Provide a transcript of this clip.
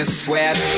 sweat